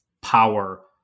power